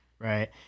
Right